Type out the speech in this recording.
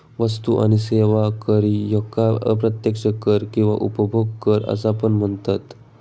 वस्तू आणि सेवा कर ह्येका अप्रत्यक्ष कर किंवा उपभोग कर असा पण म्हनतत